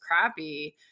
crappy